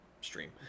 stream